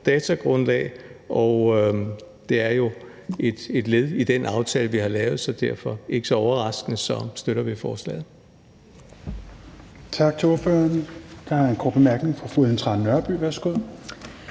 datagrundlag. Det er jo et led i den aftale, vi har lavet, og derfor støtter vi ikke så overraskende forslaget.